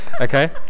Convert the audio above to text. Okay